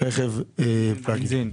רכב בנזין?